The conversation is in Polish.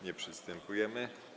Nie przystępujemy.